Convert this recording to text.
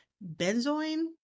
Benzoin